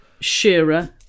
Shearer